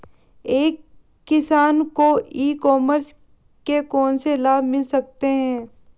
एक किसान को ई कॉमर्स के कौनसे लाभ मिल सकते हैं?